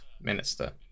Minister